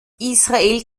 israel